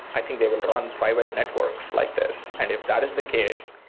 i think they will run private networks like this. and if that is the case,